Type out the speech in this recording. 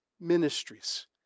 ministries